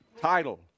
title